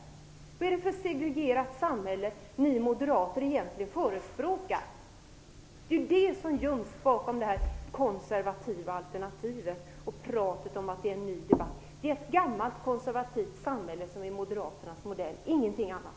Vad är det för segregerat samhälle som ni moderater egentligen förespråkar och som göms bakom detta konservativa alternativ och detta tal om att det är en ny debatt? Det är ett gammalt konservativt samhälle som är moderaternas modell, ingenting annat.